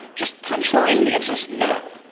just punchline, the answer is no.